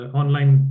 online